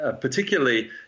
particularly